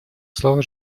слово